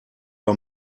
bei